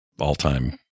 All-time